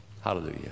Hallelujah